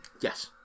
yes